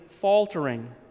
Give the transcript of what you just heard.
faltering